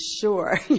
Sure